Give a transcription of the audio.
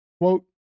quote